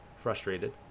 Frustrated